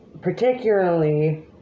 particularly